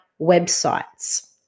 websites